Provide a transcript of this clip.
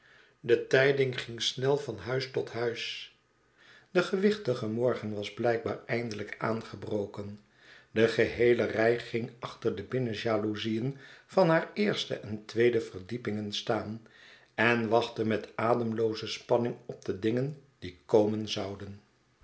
de tijding ging snel van huis tot huis de gewichtige morgen was blijkbaar eindelijk aangebroken de geheele rij ging achter de binnenjaloezien van haar eerste en tweede verdiepingen staan en wachtte met ademlooze spanning op de dingen die komen zouden